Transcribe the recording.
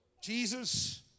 Jesus